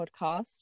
podcast